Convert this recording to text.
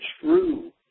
true